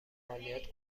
مالیات